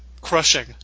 crushing